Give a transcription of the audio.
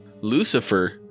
Lucifer